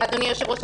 אדוני היושב-ראש,